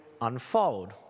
unfold